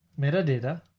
metadata.